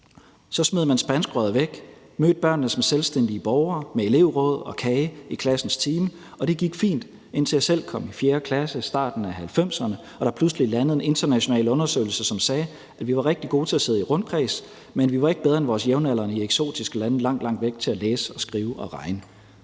Så smed man spanskrøret væk og mødte børnene som selvstændige borgere med elevråd og kage i klassens time, og det gik fint, indtil jeg selv kom i 4. klasse i starten af 1990'erne og der pludselig landede en international undersøgelse, som sagde, at vi var rigtig gode til at sidde i rundkreds, men at vi ikke var bedre til at læse, skrive og regne